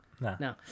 no